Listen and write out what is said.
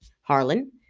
Harlan